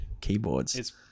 keyboards